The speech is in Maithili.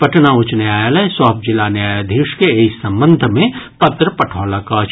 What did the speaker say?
पटना उच्च न्यायालय सभ जिला न्यायाधीश के एहि संबंध मे पत्र पठौलक अछि